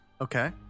Okay